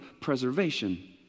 preservation